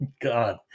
God